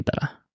better